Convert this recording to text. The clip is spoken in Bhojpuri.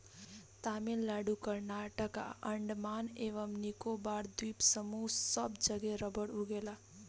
तमिलनाडु कर्नाटक आ अंडमान एवं निकोबार द्वीप समूह सब जगे रबड़ उगेला